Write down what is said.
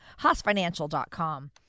HaasFinancial.com